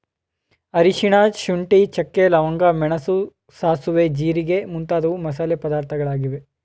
ಅರಿಶಿನ, ಶುಂಠಿ, ಚಕ್ಕೆ, ಲವಂಗ, ಮೆಣಸು, ಸಾಸುವೆ, ಜೀರಿಗೆ ಮುಂತಾದವು ಮಸಾಲೆ ಪದಾರ್ಥಗಳಾಗಿವೆ